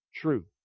true